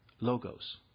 logos